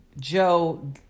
Joe